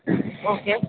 okay